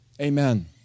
Amen